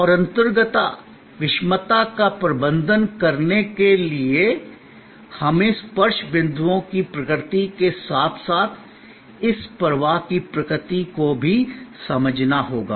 और अंतरंगता विषमता का प्रबंधन करने के लिए हमें स्पर्श बिंदुओं की प्रकृति के साथ साथ इस प्रवाह की प्रकृति को भी समझना होगा